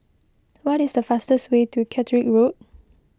what is the fastest way to Catterick Road